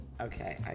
okay